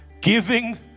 Giving